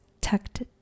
tucked